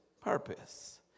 purpose